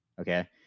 Okay